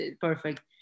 perfect